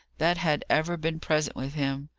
that had ever been present with him.